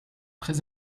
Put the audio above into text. très